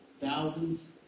Thousands